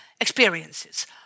experiences